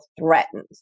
threatened